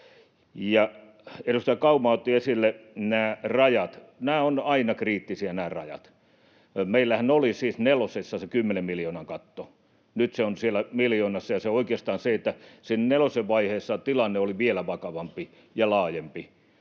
Edustaja Kauma otti esille nämä rajat. Nämä rajat ovat aina kriittisiä. Meillähän oli siis nelosessa se kymmenen miljoonan katto, nyt se on siellä miljoonassa, ja oikeastaan siinä nelosen vaiheessa tilanne oli vielä vakavampi ja laajempi,